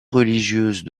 religieuses